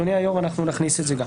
ואנחנו נכניס את זה גם,